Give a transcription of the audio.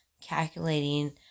calculating